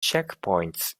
checkpoints